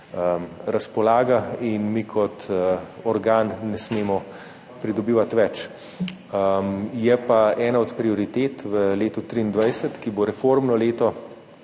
razpolaga in mi kot organ ne smemo pridobivati več. Je pa ena od prioritet v letu 2023, ki bo reformno leto